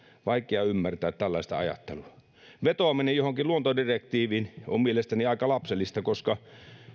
vaikea ymmärtää tällaista ajattelua vetoaminen johonkin luontodirektiiviin on mielestäni aika lapsellista koska